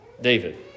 David